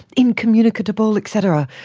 incommunicable, et cetera.